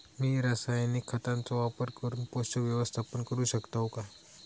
मी रासायनिक खतांचो वापर करून पोषक व्यवस्थापन करू शकताव काय?